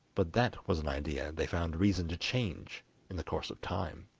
but that was an idea they found reason to change in the course of time.